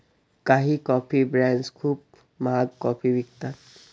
काही coffee brands खूप महाग कॉफी विकतात